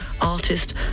artist